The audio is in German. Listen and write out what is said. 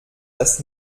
das